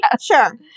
sure